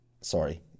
Sorry